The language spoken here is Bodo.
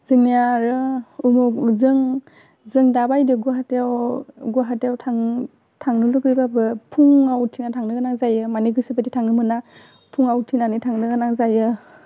जोंनिया आरो उमुग उदजों जों दाबायदियाव गुवाहाटीयाव गुवाहाटीयाव थां थांनो लुगैबाबो फुङाव उथिनानै थांनो गोनां जायो मानि गोसो बायदि थांनो मोना फुङाव उथिनानै थांनो गोनां जायो